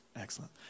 Excellent